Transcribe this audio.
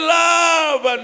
love